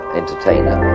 entertainer